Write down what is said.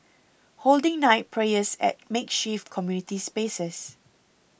holding night prayers at makeshift community spaces